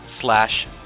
slash